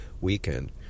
weekend